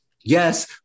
Yes